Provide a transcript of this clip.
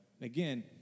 Again